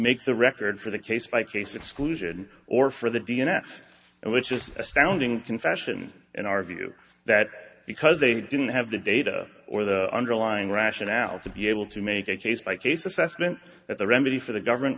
make the record for the case by case exclusion or for the d n a s and which just astounding confession in our view that because they didn't have the data or the underlying rationale to be able to make a case by case assessment that the remedy for the government